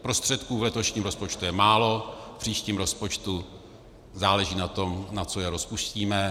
Prostředků v letošním rozpočtu je málo, v příštím rozpočtu záleží na tom, na co je rozpustíme.